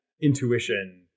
intuition